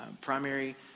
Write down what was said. primary